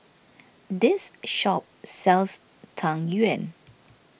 this shop sells Tang Yuen